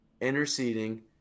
interceding